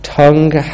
tongue